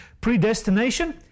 predestination